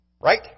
Right